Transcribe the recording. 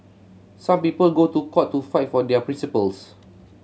some people go to court to fight for their principles